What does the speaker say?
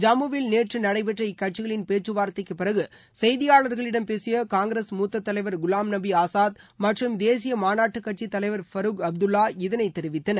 ஜம்முவில் நேற்று நடைபெற்ற இக்கட்சிகளின் பேச்சுவார்த்தைக்கு பிறகு செய்தியாளர்களிடம் பேசிய காங்கிரஸ் மூத்த தலைவர் குலாம் நபி ஆசாத் மற்றும் தேசிய மாநாட்டு கட்சி தலைவர் பருக் அப்துல்லா இதனை தெரிவித்தனர்